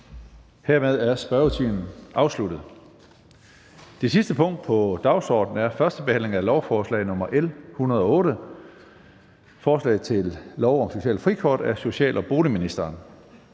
Hermed er spørgetiden afsluttet. --- Det sidste punkt på dagsordenen er: 2) 1. behandling af lovforslag nr. L 108: Forslag til lov om socialt frikort. Af social- og boligministeren